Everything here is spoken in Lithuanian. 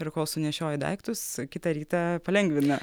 ir kol sunešioji daiktus kitą rytą palengvina